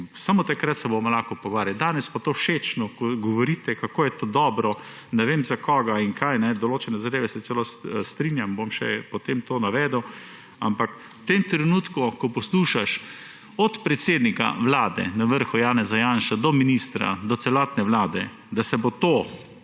samo takrat se bomo lahko pogovarjali, danes pa všečno govorite, kako je to dobro, ne vem za koga in kaj. Z določenimi zadevami se celo strinjam, bom potem še to navedel, ampak v tem trenutku, ko poslušaš od predsednika Vlade na vrhu Janeza Janše do ministra, do celotne vlade, da se bo to